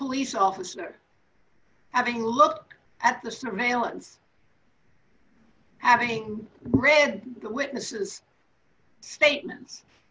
police officer having a look at the surveillance having read the witnesses statements